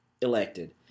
elected